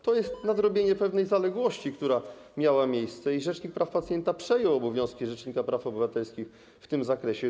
To jest nadrobienie pewnej zaległości, która miała miejsce, i rzecznik praw pacjenta przejął obowiązki rzecznika praw obywatelskich w tym zakresie.